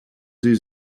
sie